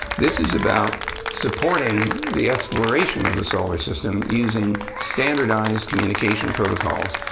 this is about supporting the exploration of the solar system using standardized communication protocols.